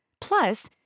Plus